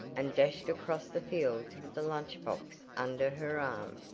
and dashed across the fields with the lunch box under her arm.